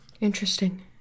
Interesting